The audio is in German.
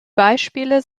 beispiele